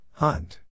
Hunt